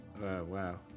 wow